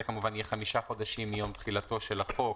זה כמובן יהיה חמישה חודשים מיום תחילתו של החוק,